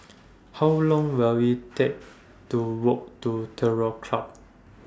How Long Will IT Take to Walk to Terror Club